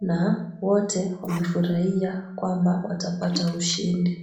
na wote wamefurahia kwamba watapata ushindi.